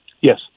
Yes